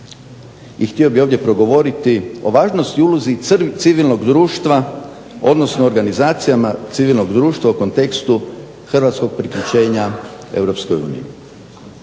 i htio bih ovdje progovoriti o važnosti i ulozi civilnog društva odnosno organizacijama civilnog društva u kontekstu hrvatskog priključenja EU.